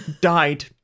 died